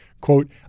quote